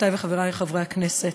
חברותי וחברי חברי הכנסת,